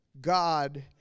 God